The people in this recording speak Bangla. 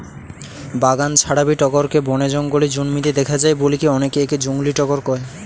বাগান ছাড়াবি টগরকে বনে জঙ্গলে জন্মিতে দেখা যায় বলিকি অনেকে একে জংলী টগর কয়